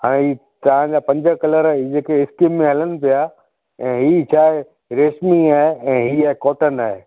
ऐं तव्हांजा पंज कलर इहे जेके स्कीम में हलनि पिया ऐं हीअ छा आहे रेशमी आहे ऐं हीअ कॉटन आहे